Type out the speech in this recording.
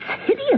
hideous